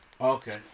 Okay